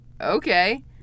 okay